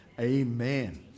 amen